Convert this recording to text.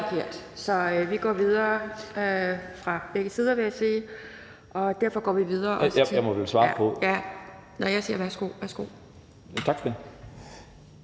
Tak, hr.